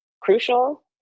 crucial